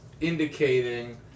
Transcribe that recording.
indicating